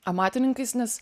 amatininkais nes